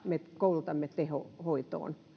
me koulutamme tehohoitoon